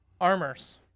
Armors